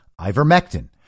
ivermectin